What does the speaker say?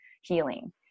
healing